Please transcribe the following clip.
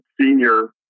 senior